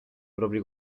propri